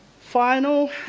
Final